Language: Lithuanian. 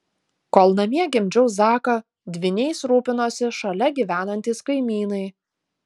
kol namie gimdžiau zaką dvyniais rūpinosi šalia gyvenantys kaimynai